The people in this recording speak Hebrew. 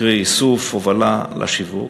קרי איסוף, הובלה לשיווק,